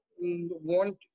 want